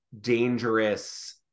dangerous